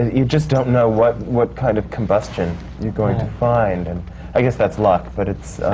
you just don't know what what kind of combustion you're going to find. and i guess that's luck, but it's